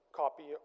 copy